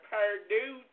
Purdue